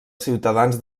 ciutadans